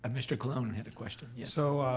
um mr. colon had a question, yes? so